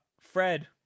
Fred